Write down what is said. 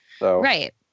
right